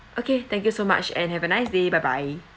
okay thank you so much and have a nice day bye bye